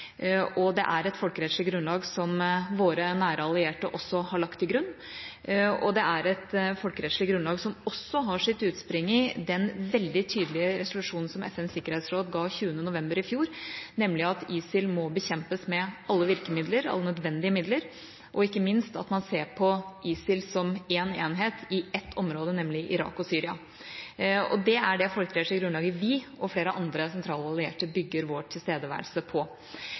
og det er et folkerettslig grunnlag som våre nære allierte også har lagt til grunn. Det er et folkerettslig grunnlag som har sitt utspring i den veldig tydelige resolusjonen som FNs sikkerhetsråd ga 20. november i fjor, nemlig at ISIL må bekjempes med alle virkemidler, alle nødvendige midler, og ikke minst at man ser på ISIL som én enhet i ett område, nemlig i Irak og i Syria. Det er det folkerettslige grunnlaget som vi og flere andre sentrale allierte bygger vår tilstedeværelse på.